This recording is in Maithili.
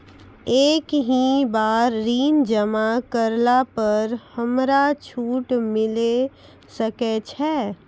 एक ही बार ऋण जमा करला पर हमरा छूट मिले सकय छै?